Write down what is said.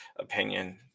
opinion